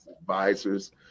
advisors